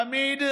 תמיד,